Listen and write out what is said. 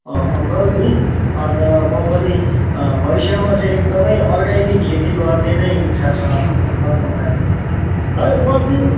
अँ अङ्कल नि अन्त म पनि भविष्यमा चाहिँ एकदमै अर्ग्यानिक खेती गर्ने नै इच्छा छ अङ्कल मलाई लहै पछि